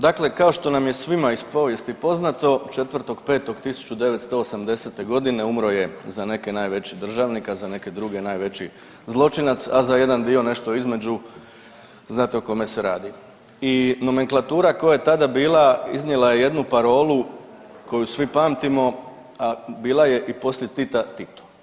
Dakle, kao što nam je svima iz povijesti poznato, 4.5.1980. g. umro je za neke najveći državnik, a za neke druge, najveći zločinac, a za jedan dio, nešto između, znate o kome se radi i nomenklatura koja je tada bila iznijela je jednu parolu koju svi pamtimo, a bila je „I poslije Tita, Tito.